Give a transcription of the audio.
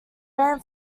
ran